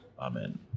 Amen